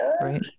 right